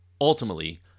ultimately